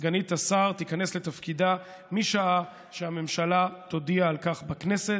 סגנית השר תיכנס לתפקידה משעה שהממשלה תודיע על כך בכנסת.